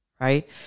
right